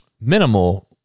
minimal